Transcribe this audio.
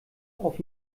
auf